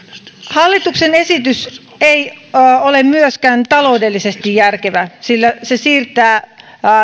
hallituksen esitys ei ole myöskään taloudellisesti järkevä sillä se siirtää